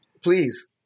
Please